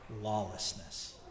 lawlessness